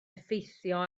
effeithio